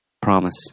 promise